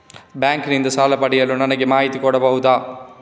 Bank ನಿಂದ ಸಾಲ ಪಡೆಯಲು ನನಗೆ ಮಾಹಿತಿ ಕೊಡಬಹುದ?